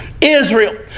Israel